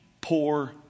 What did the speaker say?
poor